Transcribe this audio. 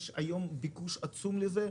יש היום ביקוש עצום לזה.